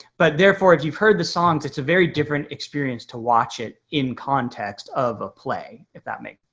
but therefore if you've heard the songs, it's a very different experience to watch it in context of a play, if that makes.